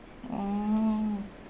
oh